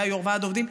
היה יו"ר ועד עובדים,